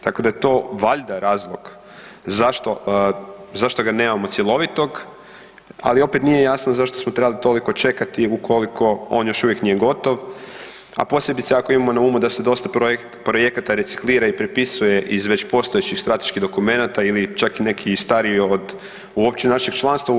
Tako da je to valjda razlog zašto, zašto ga nemamo cjelovitog ali opet nije jasno zašto smo trebali toliko čekati ukoliko on još uvijek nije gotov, a posebice ako imamo na umu da se dosta projekata reciklira i prepisuje iz već postojećih strateških dokumenata ili čak i nekih starijih od uopće našeg članstva u EU.